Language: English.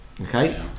okay